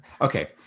Okay